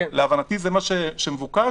להבנתי זה מה שמבוקש.